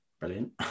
brilliant